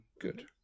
good